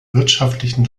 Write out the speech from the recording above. wirtschaftlichen